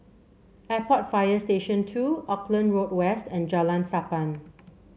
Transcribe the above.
Airport Fire Station Two Auckland Road West and Jalan Sappan